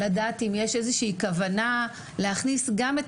לדעת אם יש איזושהי כוונה להכניס גם את